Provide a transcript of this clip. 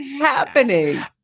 happening